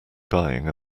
buying